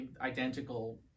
identical